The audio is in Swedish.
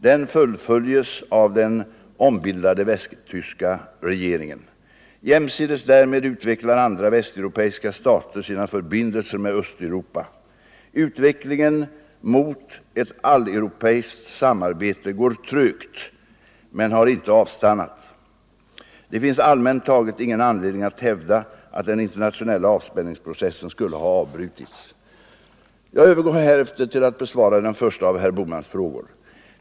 Den fullföljes av den ombildade västtyska regeringen. Jämsides därmed utvecklar andra västeuropeiska stater sina förbindelser med Östeuropa. Utvecklingen mot ett alleuropeiskt samarbete går trögt men har inte avstannat. Det finns allmänt taget ingen anledning att hävda att den internationella avspänningsprocessen skulle ha avbrutits. Jag övergår härefter till att besvara den första av herr Bohmans frågor.